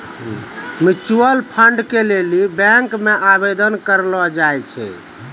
mutual fund के लेली bank मे आवेदन करलो जाय छै